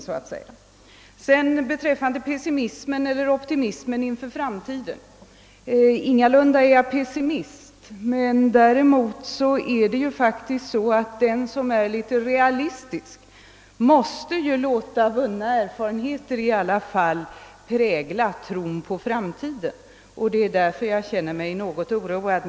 Beträffande statsrådets tal om pessimism och optimism inför framtiden vill jag säga att jag ingalunda är pessimist. Däremot förhåller det sig så att den som är realist måste låta vunna erfarenheter prägla tron på framtiden. Det är därför jag känner mig oroad.